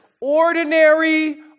Ordinary